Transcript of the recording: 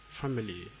family